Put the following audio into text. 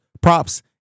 props